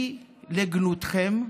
היא לגנותכם,